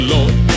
Lord